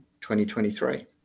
2023